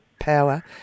power